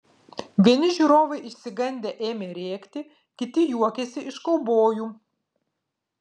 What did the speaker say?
vieni žiūrovai išsigandę ėmė rėkti kiti juokėsi iš kaubojų